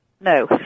No